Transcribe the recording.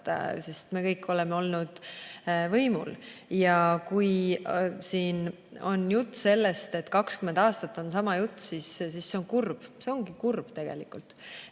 me kõik oleme olnud võimul. Ja kui siin on jutt sellest, et 20 aastat on sama jutt, siis see on kurb, see ongi kurb tegelikult.